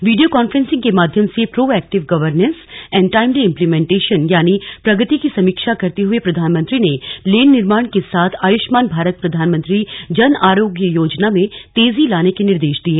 video conferencing के माध्यम से proactive governance and timely implementation यानि प्रगति की समीक्षा करते हुए प्रधानमंत्री ने लेन निर्माण के साथ आयुष्मान भारत प्रधानमंत्री जन आरोग्य योजना में तेजी लाने के निर्देश दिए